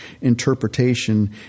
interpretation